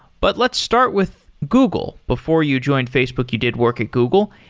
but let's start with google. before you joined facebook you did work at google,